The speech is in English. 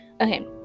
Okay